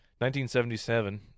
1977